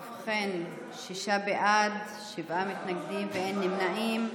ובכן, שישה בעד, שבעה מתנגדים, אין נמנעים.